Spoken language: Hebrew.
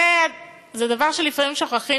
זה דבר שלפעמים שוכחים